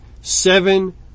Seven